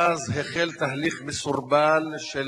ואז החל תהליך מסורבל של